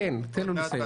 עוד מעט,